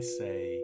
say